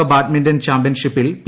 ലോക ബാഡ്മിന്റൺ ചാമ്പ്യൻഷിപ്പിൽ പി